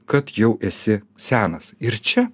kad jau esi senas ir čia